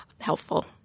helpful